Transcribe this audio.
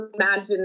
imagine